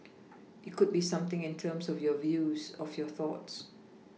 it could be something in terms of your views of your thoughts